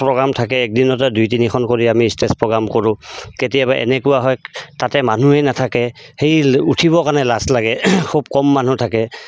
programme থাকে একদিনতে দুই তিনিখন কৰি আমি ষ্টেজ প্ৰগ্ৰাম কৰোঁ কেতিয়াবা এনেকুৱা হয় তাতে মানুহেই নাথাকে সেই উঠিবৰ কাৰণে লাজ লাগে খুব কম মানুহ থাকে